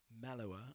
mellower